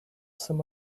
some